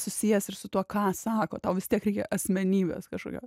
susijęs ir su tuo ką sako tau vis tiek reikia asmenybės kažkokios